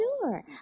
Sure